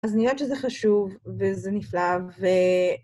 אז נראית שזה חשוב, וזה נפלא, ו...